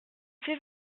fais